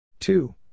Two